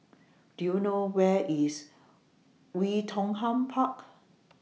Do YOU know Where IS Oei Tiong Ham Park